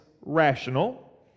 rational